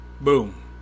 boom